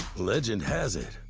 legend has it,